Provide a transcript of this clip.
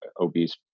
obese